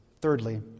thirdly